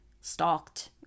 stalked